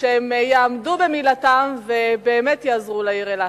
שהם יעמדו במילתם ובאמת יעזרו לעיר אילת.